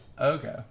Okay